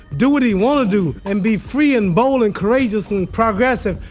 do what he wants to do and be free and bold and courageous and progressive.